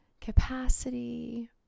capacity